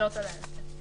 בשעות הלילה, כן.